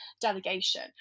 delegation